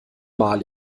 mal